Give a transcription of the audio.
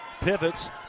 pivots